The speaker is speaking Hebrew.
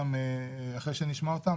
אחרי שנשמע אותם,